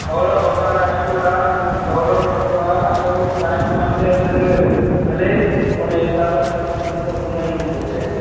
गौरव बकाला स्टोर आहे मन मतिलबु गौरव जेको आहे सो कायम मटे असांजो हले उनजे हिसाब सां असां धंधो कंदा आहियूं सेठ